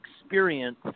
experience